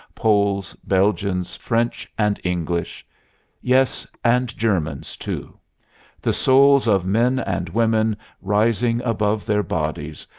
poles, belgians, french and english yes, and germans too the souls of men and women rising above their bodies,